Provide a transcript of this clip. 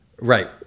Right